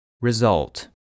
Result